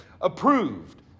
Approved